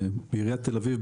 בעיריית תל אביב,